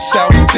South